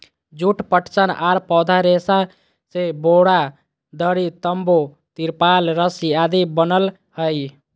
जुट, पटसन आर पौधा रेशा से बोरा, दरी, तंबू, तिरपाल रस्सी आदि बनय हई